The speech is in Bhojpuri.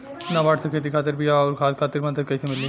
नाबार्ड से खेती खातिर बीया आउर खाद खातिर मदद कइसे मिली?